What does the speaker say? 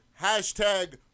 hashtag